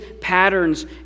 patterns